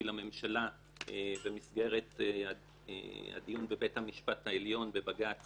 לממשלה במסגרת הדיון בבית המשפט העליון בבג"ץ